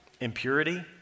Impurity